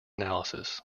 analysis